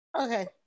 Okay